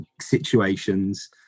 situations